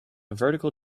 vertical